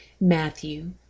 Matthew